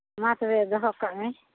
ᱢᱟ ᱛᱚᱵᱮ ᱫᱚᱦᱚ ᱠᱟᱜ ᱢᱮ